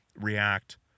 react